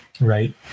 right